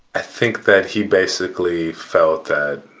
i think that he basically felt that